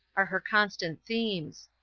are her constant themes.